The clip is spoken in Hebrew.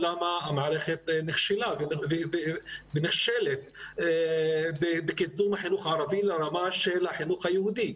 למה המערכת נכשלה ונכשלת בקידום החינוך הערבי לרמה של החינוך היהודי?